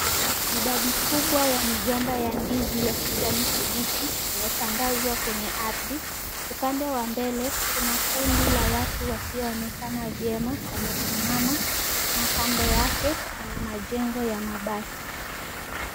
Idadi kubwa ya migomba ya ndizi ya kijani kibichi imetandazwa kwenye ardhini. Upande wa mbele kuna kundi la watu wasioonekana vyema wamesimama na kando yake kuna majengo ya mabati.